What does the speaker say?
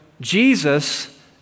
Jesus